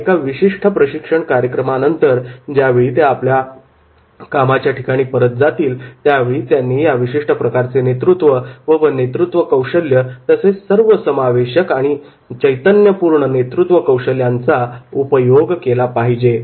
या एका विशिष्ट प्रशिक्षण कार्यक्रमानंतर ज्यावेळी ते आपल्या कामाच्या ठिकाणी परत जातील त्यावेळी त्यांनी या विशिष्ट प्रकारचे नेतृत्व व नेतृत्व कौशल्य तसेच सर्वसमावेशक आणि चैतन्यपूर्ण नेतृत्व कौशल्यांचा उपयोग केला पाहिजे